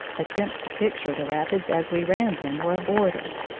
attempts to picture the rapids as we ran them were abortive.